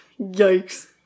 Yikes